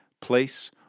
place